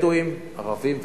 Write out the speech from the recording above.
בדואים, ערבים ודרוזים.